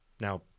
Now